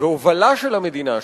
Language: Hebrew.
והובלה של המדינה,